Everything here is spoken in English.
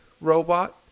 robot